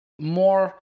more